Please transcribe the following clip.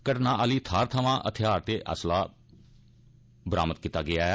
घटना आहली थाहरा थमां हथियार ते असले बरामद कीता गेआ ऐ